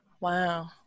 Wow